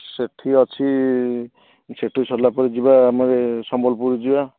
ସେଇଠି ଅଛି ସେଇଠୁ ସାରିଲା ପରେ ଯିବା ଆମର ଏ ସମ୍ବଲପୁର ଯିବା